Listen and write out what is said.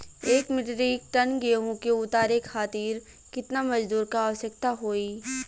एक metric tonne गेहूँ के उतारे खातीर कितना मजदूर क आवश्यकता होई?